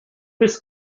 his